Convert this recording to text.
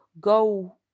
go